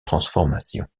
transformations